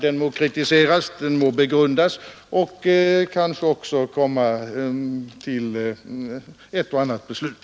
Den må kritiseras, den må begrundas och kanske också föranleda ett och annat beslut.